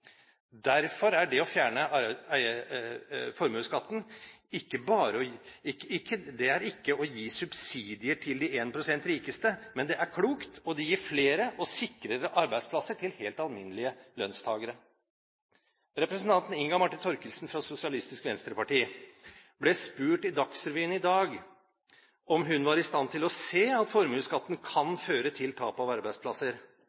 Derfor er det å fjerne formuesskatten ikke å gi subsidier til de 1 pst. rikeste – det er klokt, og det gir flere og sikrere arbeidsplasser til helt alminnelige lønnstakere. Representanten Inga Marte Thorkildsen fra Sosialistisk Venstreparti ble spurt i Dagsrevyen i dag om hun var i stand til å se at formuesskatten